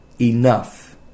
enough